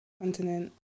continent